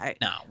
No